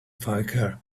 faker